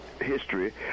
history